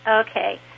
Okay